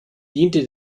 diente